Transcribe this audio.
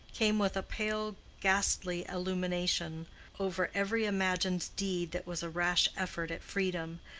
came with a pale ghastly illumination over every imagined deed that was a rash effort at freedom,